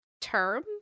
term